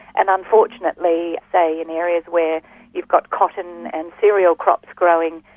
and unfortunately, say in areas where you've got cotton and cereal crops growing,